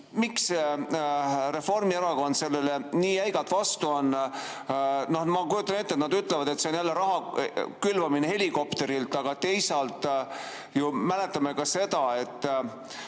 miks Reformierakond sellele nii jäigalt vastu on? Ma kujutan ette, et nad ütlevad, et see on jälle raha külvamine helikopterilt, aga teisalt me mäletame ka seda, et